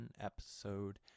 episode